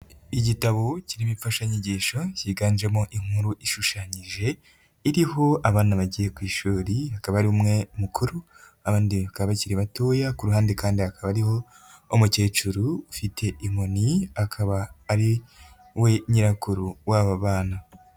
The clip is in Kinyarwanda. Igitabo kirimo imfashanyigisho cyiganjemo inkuru ishushanyije iriho abana bagiye ku ishuri, akaba ari mukuru, abandi bakiri batoya, ku ruhande kandi hakaba hari umukecuru ufite inkoni akaba ari we nyirakuru w'aba bana.